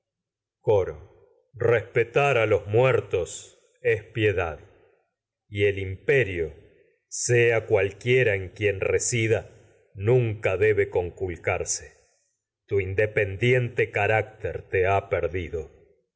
coro respetar rio sea a en los muertos es piedad y el impe cualquiera quien resida nunca debe concul carse tu independiente carácter te ha perdido